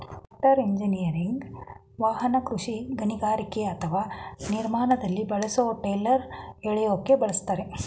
tractor engineering ವಾಹನ ಕೃಷಿ ಗಣಿಗಾರಿಕೆ ಅಥವಾ ನಿರ್ಮಾಣದಲ್ಲಿ ಬಳಸೊ ಟ್ರೈಲರ್ನ ಎಳ್ಯೋಕೆ ಬಳುಸ್ತರೆ